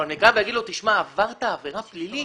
אבל לומר לו שהוא עבר עבירה פלילית?